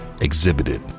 exhibited